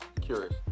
Curious